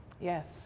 Yes